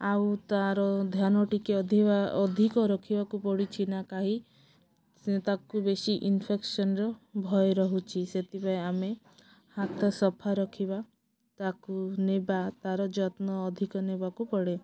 ଆଉ ତାର ଧ୍ୟାନ ଟିକେ ଅଧ ଅଧିକ ରଖିବାକୁ ପଡ଼ୁଛି ନା କାଇଁ ସେ ତାକୁ ବେଶୀ ଇନଫେକ୍ସନ୍ର ଭୟ ରହୁଛିି ସେଥିପାଇଁ ଆମେ ହାତ ସଫା ରଖିବା ତାକୁ ନେବା ତାର ଯତ୍ନ ଅଧିକ ନେବାକୁ ପଡ଼େ